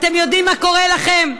אתם יודעים מה קורה לכם?